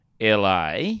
LA